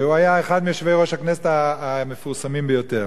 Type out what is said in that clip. והוא היה אחד מיושבי-ראש הכנסת המפורסמים ביותר.